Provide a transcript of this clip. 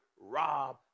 rob